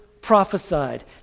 prophesied